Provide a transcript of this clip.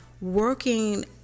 working